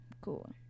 cool